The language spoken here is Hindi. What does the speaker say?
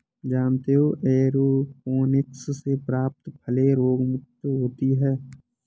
जानते हो एयरोपोनिक्स से प्राप्त फलें रोगमुक्त होती हैं